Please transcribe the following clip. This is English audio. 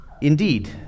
Indeed